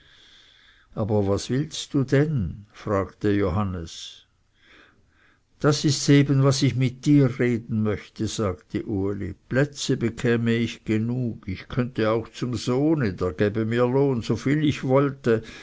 aber was willst du denn fragte johannes das ists eben was ich mit dir reden möchte sagte uli plätze bekäme ich genug ich könnte auch zum sohne der gäbe mir lohn so viel ich wollte